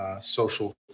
social